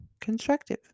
constructive